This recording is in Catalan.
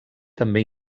també